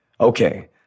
Okay